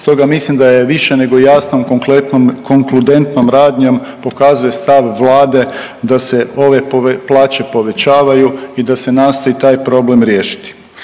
Stoga mislim da je više nego jasno konkludentnom radnjom pokazuje stav Vlade da se ove plaće povećavaju i da se nastoji taj problem riješiti.